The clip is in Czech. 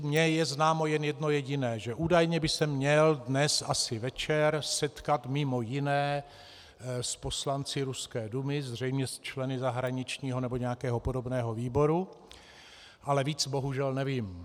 Mně je známo jen jedno jediné že údajně by se měl asi dnes večer setkat mj. s poslanci ruské Dumy, zřejmě s členy zahraničního nebo nějakého podobného výboru, ale víc bohužel nevím.